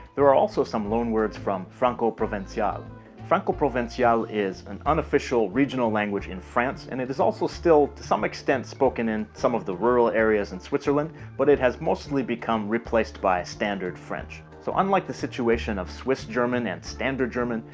there are also some loanwords from franco-provencal ah franco-provencal is an unofficial regional language in france and it is also still to some extent spoken in some of the rural areas in switzerland but it has mostly become replaced by standard french. so, unlike the situation of swiss german and standard german,